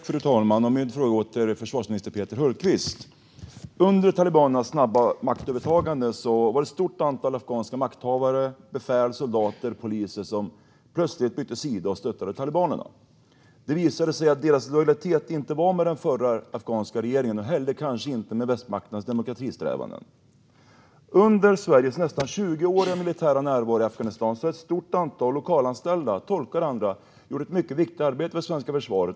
Fru talman! Min fråga går till försvarsminister Peter Hultqvist. Under talibanernas snabba maktövertagande var det ett stort antal afghanska makthavare, befäl, soldater och poliser som plötsligt bytte sida och stöttade talibanerna. Det visade sig att deras lojalitet inte låg hos den förra afghanska regeringen, men kanske inte heller hos västmakternas demokratisträvanden. Under Sveriges nästan 20-åriga militära närvaro i Afghanistan har ett stort antal lokalanställda - tolkar och andra - gjort ett mycket viktigt arbete för det svenska försvaret.